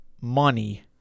money